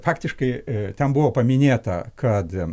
faktiškai ten buvo paminėta kad